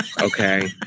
okay